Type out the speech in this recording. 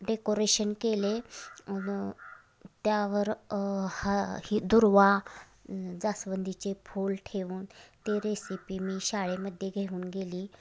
decoration केले आणि त्यावर हा ही दुर्वा जास्वंदीचे फूल ठेवून ती रेसिपी मी शाळेमध्ये घेऊन गेली